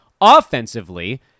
Offensively